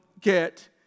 get